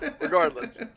regardless